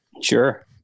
Sure